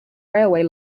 railway